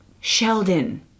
Sheldon